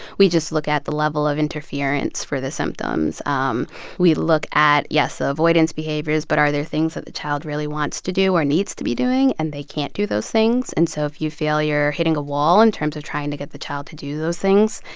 we just look at the level of interference for the symptoms. um we look at, yes, the avoidance behaviors, but are there things that the child really wants to do or needs to be doing, and they can't do those things? and so if you feel you're hitting a wall in terms of trying to get the child to do those things,